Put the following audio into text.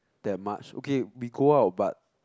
that much okay we go out but